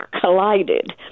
collided